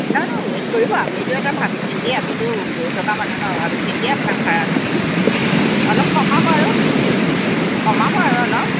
নহয় নহয় কৰিব আমিতো এটা ভাবি চিন্তি আমিতো গৈ থকা মানুহ ন' ভাবি চিন্তিয়ে আপোনাক ভাড়াটো দিম অলপ কমাব আৰু কমাব আৰু অলপ